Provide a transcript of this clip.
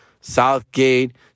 Southgate